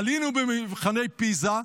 עלינו במבחני פיז"ה,